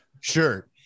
sure